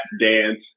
Dance